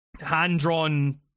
hand-drawn